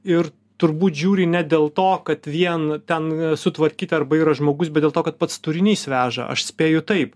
ir turbūt žiūri ne dėl to kad vien ten sutvarkyt arba yra žmogus bet dėl to kad pats turinys veža aš spėju taip